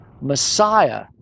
Messiah